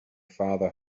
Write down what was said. father